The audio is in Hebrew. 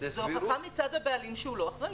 זו הוכחה מצד הבעלים שהוא לא אחראי.